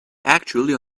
actually